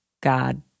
God